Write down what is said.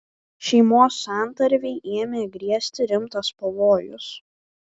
šeimos santarvei ėmė grėsti rimtas pavojus